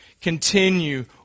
Continue